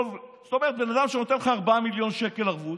זאת אומרת אדם שנותן לך 4 מיליון שקל ערבות,